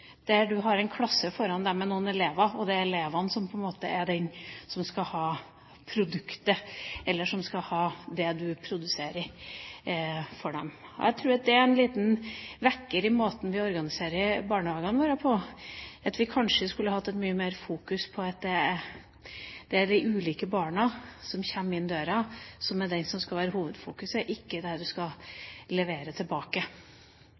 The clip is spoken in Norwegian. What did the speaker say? Der har du en klasse foran deg med elever, og det er elevene som på en måte er dem som skal ha produktet, eller som skal ha det du produserer for dem. Jeg tror at det er en liten vekker når det gjelder måten vi organiserer barnehagene våre på, at vi kanskje skulle hatt et mye større fokus på at det er de ulike barna som kommer inn døra, som skal være hovedfokuset, ikke det du skal levere tilbake.